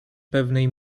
pewnej